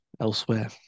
elsewhere